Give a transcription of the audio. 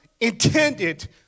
intended